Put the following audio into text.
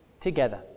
together